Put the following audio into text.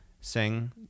sing